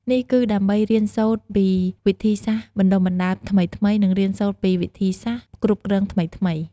នេះគឺដើម្បី រៀនសូត្រពីវិធីសាស្ត្របណ្តុះបណ្តាលថ្មីៗ និងរៀនសូត្រពីវិធីសាស្ត្រគ្រប់គ្រងថ្មីៗ។